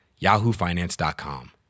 yahoofinance.com